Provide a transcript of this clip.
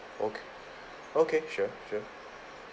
okay okay sure sure